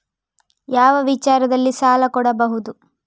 ಯಾವ ವಿಚಾರದಲ್ಲಿ ಸಾಲ ಕೊಡಬಹುದು?